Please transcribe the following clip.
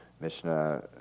Mishnah